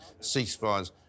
ceasefires